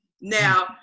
now